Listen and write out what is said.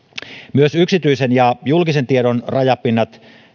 myös yksityisen ja julkisen tiedon rajapinnat